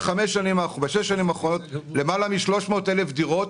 בשש השנים האחרונות בנינו למעלה מ-300 אלף דירות,